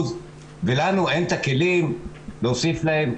ואין לנו את הכלים להוסיף להן.